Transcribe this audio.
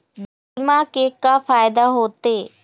बीमा के का फायदा होते?